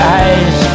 eyes